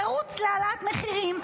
תירוץ להעלאת מחירים,